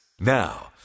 Now